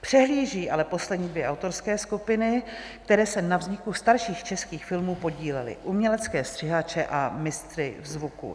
Přehlíží ale poslední dvě autorské skupiny, které se na vzniku starších českých filmů podílely, umělecké střihače a mistry zvuku.